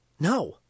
No